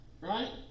right